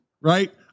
right